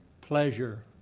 pleasure